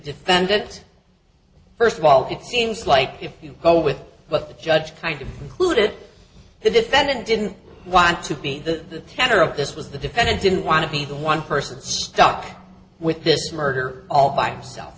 defendant first of all it seems like if you go with what the judge kind of clue did the defendant didn't want to be the center of this was the defendant didn't want to be the one person stuck with this murder all by